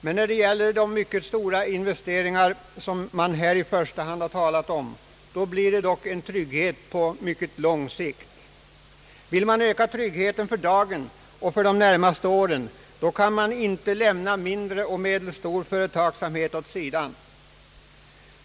Men när det gäller de mycket stora investeringar som man här i första hand har talat om blir det dock en trygghet på mycket lång sikt. Vill man öka tryggheten för dagen och de närmaste åren, kan man inte lämna mindre och medelstor företagsamhet åt sidan.